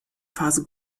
phase